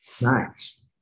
Nice